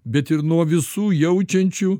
bet ir nuo visų jaučiančių